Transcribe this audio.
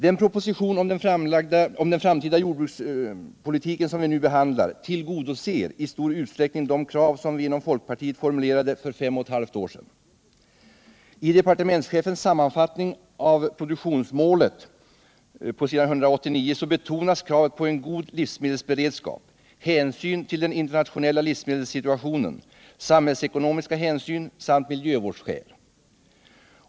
Den proposition om den framtida jordbrukspolitiken som vi nu behandlar tillgodoser i stor utsträckning de krav som vi inom folkpartiet formulerade för fem och ett halvt år sedan. I departementschefens sammanfattning av produktionsmålet på s. 189 betonas kravet på en god livsmedelsberedskap, hänsyn till den internationella livsmedelssituationen, samhällsekonomiska hänsyn samt miljövårdsskäl.